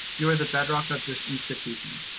you are the bedrock of this institution.